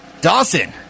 Dawson